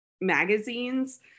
magazines